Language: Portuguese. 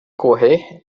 correr